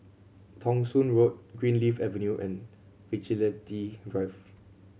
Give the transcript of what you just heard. Thong Soon Road Greenleaf Avenue and Vigilante Drive